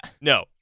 No